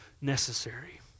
necessary